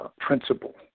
principle